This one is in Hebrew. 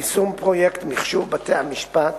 יישום פרויקט מחשוב בתי-המשפט,